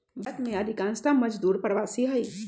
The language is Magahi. भारत में अधिकांश मजदूर प्रवासी हई